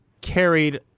carried